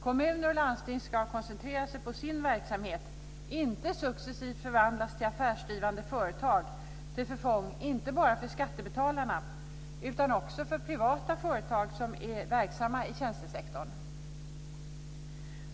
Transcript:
Kommuner och landsting ska koncentrera sig på sin verksamhet, inte successivt förvandlas till affärsdrivande företag till förfång inte bara för skattebetalarna utan också för privata företag som är verksamma i tjänstesektorn.